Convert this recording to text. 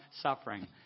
suffering